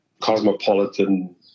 cosmopolitan